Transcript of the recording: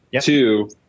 Two